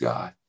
God